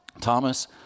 Thomas